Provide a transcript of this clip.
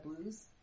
blues